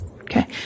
Okay